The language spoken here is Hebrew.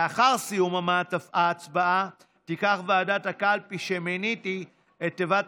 לאחר סיום ההצבעה תיקח ועדת הקלפי שמיניתי את תיבת